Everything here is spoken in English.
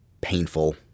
painful